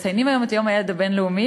מציינים היום את יום הילד הבין-לאומי,